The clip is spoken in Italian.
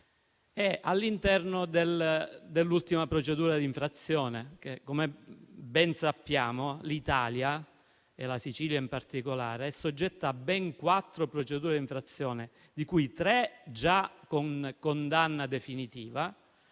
è oggetto dell'ultima procedura di infrazione. Come ben sappiamo, l'Italia, e la Sicilia in particolare, sono soggette a ben quattro procedure di infrazione, di cui tre già con condanna definitiva.